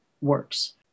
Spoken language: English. works